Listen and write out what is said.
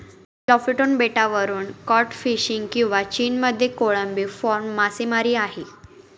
Lofoten बेटावरून cod fishing किंवा चीनमध्ये कोळंबी फार्म मासेमारी आहे